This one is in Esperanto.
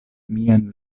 miajn